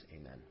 Amen